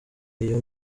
iyo